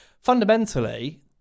fundamentally